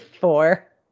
four